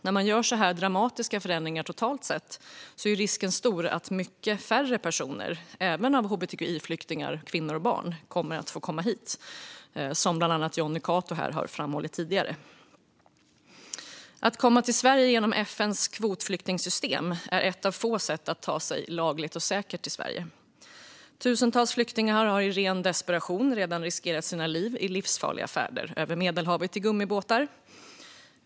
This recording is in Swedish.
När man gör så här dramatiska förändringar totalt sett är risken stor att många färre personer - även hbtqi-flyktingar, kvinnor och barn - kommer att få komma hit, vilket bland annat Jonny Cato har framhållit här tidigare. Att komma till Sverige genom FN:s kvotflyktingsystem är ett av få sätt att ta sig lagligt och säkert till Sverige. Tusentals flyktingar har i ren desperation redan riskerat sina liv i livsfarliga färder över Medelhavet i gummibåtar.